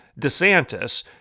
DeSantis